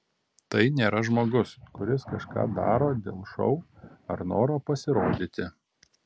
tai nėra žmogus kuris kažką daro dėl šou ar noro pasirodyti